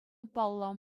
паллӑ